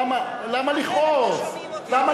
למה לכעוס?